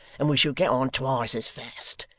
and we shall get on twice as fast.